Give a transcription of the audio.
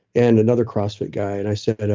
and another crossfit guy, and i said,